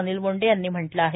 अनिल बोंडे यांनी म्हटलं आहे